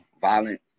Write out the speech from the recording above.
violent